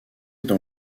dans